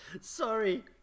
Sorry